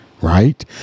right